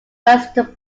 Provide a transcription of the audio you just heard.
west